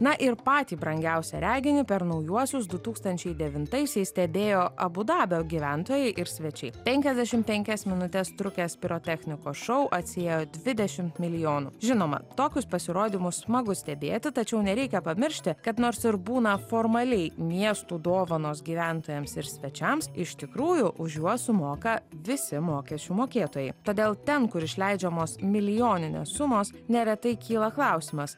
na ir patį brangiausią reginį per naujuosius du tūkstančiai devintaisiais stebėjo abu dabio gyventojai ir svečiai penkiasdešim penkias minutes trukęs pirotechnikos šou atsiėjo dvidešim milijonų žinoma tokius pasirodymus smagu stebėti tačiau nereikia pamiršti kad nors ir būna formaliai miestų dovanos gyventojams ir svečiams iš tikrųjų už juos sumoka visi mokesčių mokėtojai todėl ten kur išleidžiamos milijoninės sumos neretai kyla klausimas